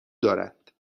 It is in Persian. دارد